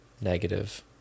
negative